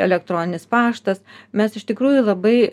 elektroninis paštas mes iš tikrųjų labai